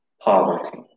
poverty